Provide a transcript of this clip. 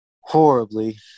horribly